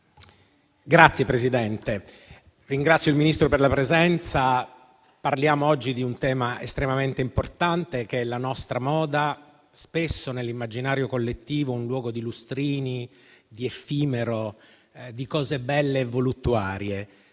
Signor Presidente, ringrazio il Ministro per la sua presenza. Parliamo oggi di un tema estremamente importante che è la nostra moda, spesso nell'immaginario collettivo un luogo di lustrini, di effimero, di cose belle e voluttuarie.